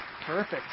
Perfect